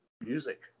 music